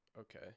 okay